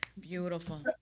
Beautiful